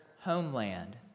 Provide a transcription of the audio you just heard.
homeland